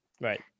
Right